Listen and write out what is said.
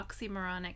oxymoronic